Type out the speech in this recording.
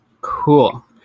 Cool